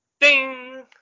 Ding